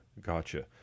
Gotcha